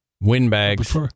Windbags